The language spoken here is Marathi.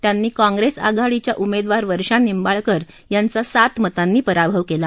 त्यांनी काँप्रेस आघाडीच्या उमेदवार वर्षा निंबाळकर यांचा सात मतांनी पराभव केला